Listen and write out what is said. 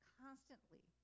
constantly